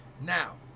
Now